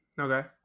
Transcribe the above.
Okay